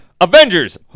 Avengers